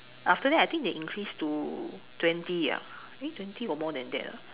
after that I think they increase to twenty ah eh twenty or more than that ah